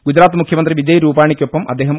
ഗുജറാത്ത് മുഖ്യമന്ത്രി വിജയ് രൂപാണിയ്ക്കൊപ്പം അദ്ദേഹം